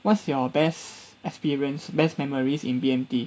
what's your best experience best memories in B_M_T